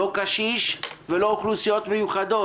לא קשיש ולא אוכלוסיות מיוחדות.